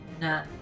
No